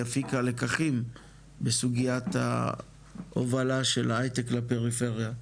הפיקה לקחים בסוגיית ההובלה של ההייטק לפריפריה.